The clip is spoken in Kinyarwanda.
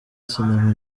sinema